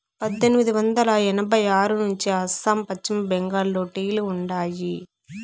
పద్దెనిమిది వందల ఎనభై ఆరు నుంచే అస్సాం, పశ్చిమ బెంగాల్లో టీ లు ఉండాయి